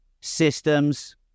systems